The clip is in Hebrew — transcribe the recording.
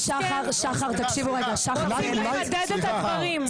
שחר, תקשיבו רגע --- רוצים לחדד את הדברים.